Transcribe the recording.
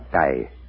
die